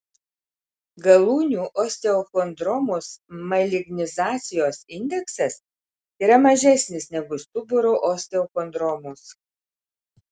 galūnių osteochondromos malignizacijos indeksas yra mažesnis negu stuburo osteochondromos